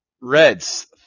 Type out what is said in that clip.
Reds